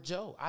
Joe